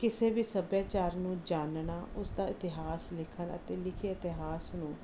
ਕਿਸੇ ਵੀ ਸੱਭਿਆਚਾਰ ਨੂੰ ਜਾਨਣਾ ਉਸ ਦਾ ਇਤਿਹਾਸ ਲੇਖਾਂ ਦਾ ਅਤੇ ਲਿਖੇ ਇਤਿਹਾਸ ਨੂੰ